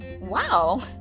wow